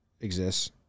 exists